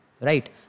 right